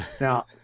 Now